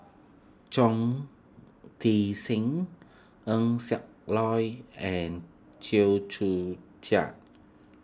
Chong Tze Chien Eng Siak Loy and Chew Joo Chiat